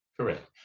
correct